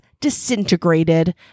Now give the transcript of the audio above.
disintegrated